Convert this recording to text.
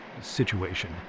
situation